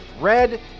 Red